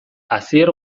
asier